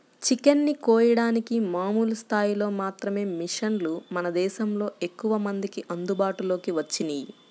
chicken ని కోయడానికి మామూలు స్థాయిలో మాత్రమే మిషన్లు మన దేశంలో ఎక్కువమందికి అందుబాటులోకి వచ్చినియ్యి